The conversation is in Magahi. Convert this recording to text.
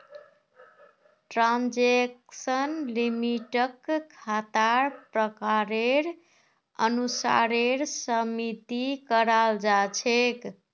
ट्रांजेक्शन लिमिटक खातार प्रकारेर अनुसारेर सीमित कराल जा छेक